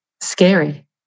scary